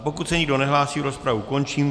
Pokud se nikdo nehlásí, rozpravu končím.